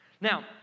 Now